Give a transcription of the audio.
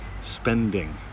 spending